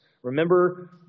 Remember